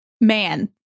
Man